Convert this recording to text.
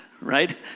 Right